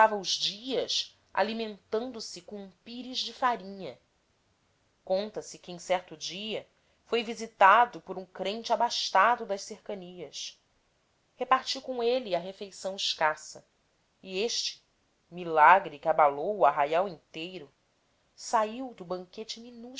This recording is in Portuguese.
os dias alimentando se com um pires de farinha conta se que em certo dia foi visitado por um crente abastado das cercanias repartiu com ele a refeição escassa e este milagre que abalou o arraial inteiro saiu do banquete